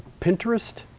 pinterest,